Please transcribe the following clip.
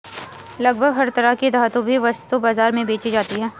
लगभग हर तरह की धातु भी वस्तु बाजार में बेंची जाती है